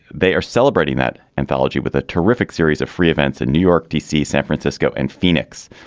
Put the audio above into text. they are celebrating that anthology with a terrific series of free events in new york d c. san francisco and phoenix.